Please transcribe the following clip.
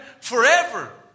forever